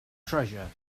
treasure